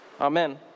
Amen